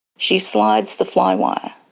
she slides the flywire,